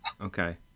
Okay